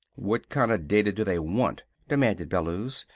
what kinda data do they want? demanded bellews.